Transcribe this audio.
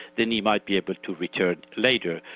then he might be able to return later.